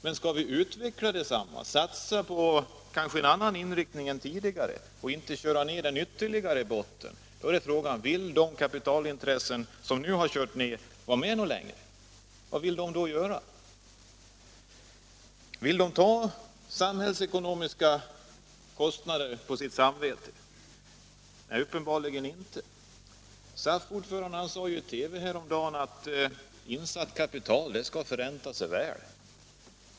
Men skall vi utveckla densamma, kanske satsa på en annan inriktning än tidigare och inte köra ner den ytterligare i botten, då är frågan: Vill de kapitalintressen som nu har kört ner stålindustrin vara med? Vad vill de då göra? Vill de ta samhällsekonomiska kostnader på sitt samvete? Nej, uppenbarligen inte. SAF-ordföranden sade i TV häromdagen att insatt kapital skall förränta sig väl.